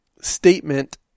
statement